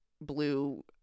blue